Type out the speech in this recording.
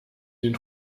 den